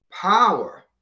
power